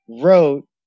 wrote